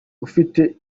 ufite